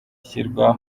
ishyirwa